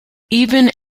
even